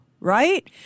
right